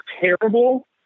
terrible